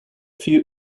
few